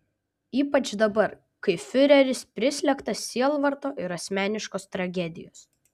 ypač dabar kai fiureris prislėgtas sielvarto ir asmeniškos tragedijos